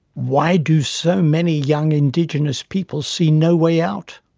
why do so many young indigenous people see no way out,